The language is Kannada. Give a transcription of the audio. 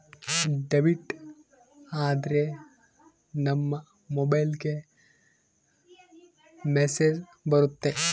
ಡೆಬಿಟ್ ಆದ್ರೆ ನಮ್ ಮೊಬೈಲ್ಗೆ ಮೆಸ್ಸೇಜ್ ಬರುತ್ತೆ